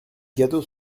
gâteaux